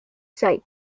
site